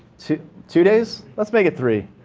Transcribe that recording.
two two days? let's make it three.